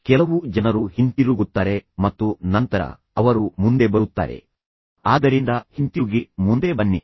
ಕೆಲವು ಜನರು ಹಿಂತಿರುಗುತ್ತಾರೆ ಮತ್ತು ನಂತರ ಅವರು ಮುಂದೆ ಬರುತ್ತಾರೆ ಆದ್ದರಿಂದ ಹಿಂತಿರುಗಿ ಮುಂದೆ ಬನ್ನಿ